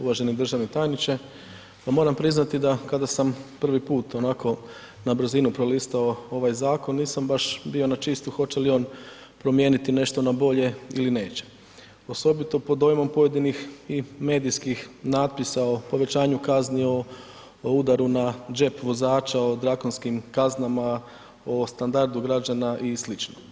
Uvaženi državni tajniče, pa moram priznati da kada sam prvi put onako na brzinu prolistao ovaj zakon nisam baš bio na čistu hoće li on promijeniti nešto na bolje ili neće, osobito pod dojmom pojedinih i medijskih natpisa o povećanju kazni o udaru na džep vozača, o drakonskim kaznama, o standardu građana i sl.